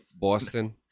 Boston